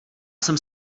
jsem